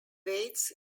waits